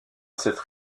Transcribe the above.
cette